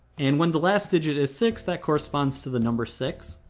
and when the last digit is six, that corresponds to the number six.